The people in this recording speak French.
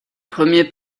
premier